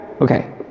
Okay